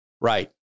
Right